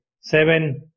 seven